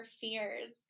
fears